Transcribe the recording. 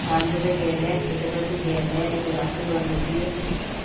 ꯄꯥꯝꯖꯕ ꯍꯦꯜꯂꯦ ꯐꯖꯕꯁꯨ ꯍꯦꯜꯂꯦ ꯑꯩꯒꯤ ꯋꯥꯈꯜꯂꯣꯟꯗꯗꯤ